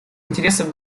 интересов